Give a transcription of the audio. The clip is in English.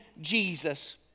Jesus